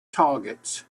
targets